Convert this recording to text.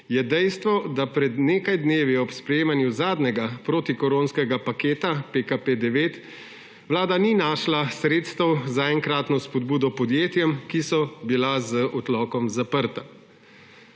je dejstvo, da pred nekaj dnevi ob sprejemanju zadnjega protikoronskega paketa, PKP9, Vlada ni našla sredstev za enkratno spodbudo podjetjem, ki so bila z odlokom zaprta.